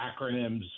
acronyms